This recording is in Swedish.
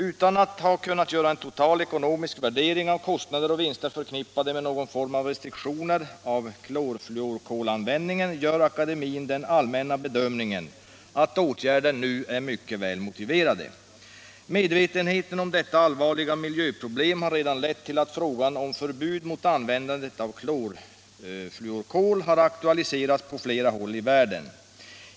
Utan att ha kunnat göra en total ekonomisk värdering av kostnader och vinster förknippade med någon form av restriktioner av klorfluorkolanvändningen gör akademien den allmänna bedömningen att åtgärder nu är mycket väl motiverade. Medvetenheten om detta allvarliga miljöproblem har redan lett till att frågan om förbud mot användandet av klorfluorkol har aktualiserats på flera håll i världen.